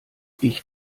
ich